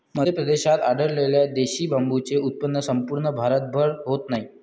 मध्य प्रदेशात आढळलेल्या देशी बांबूचे उत्पन्न संपूर्ण भारतभर होत नाही